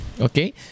Okay